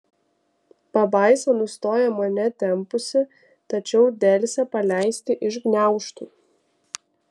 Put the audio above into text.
pabaisa nustoja mane tempusi tačiau delsia paleisti iš gniaužtų